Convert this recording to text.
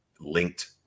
linked